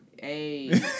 hey